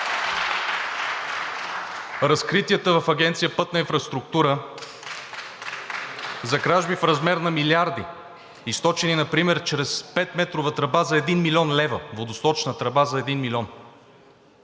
разкритията в Агенция „Пътна инфраструктура“ за кражби в размер на милиарди, източени например чрез петметрова тръба за 1 млн. лв., водосточна тръба за 1 милион;